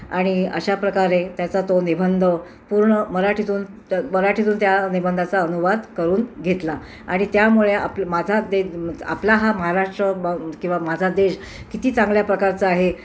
आणि अशाप्रकारे त्याचा तो निबंध पूर्ण मराठीतून मराठीतून त्या निबंधाचा अनुवाद करून घेतला आणि त्यामुळे आप माझा दे आपला हा महाराष्ट्र ब किंवा माझा देश किती चांगल्याप्रकारचा आहे